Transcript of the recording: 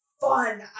fun